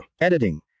Editing